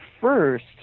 first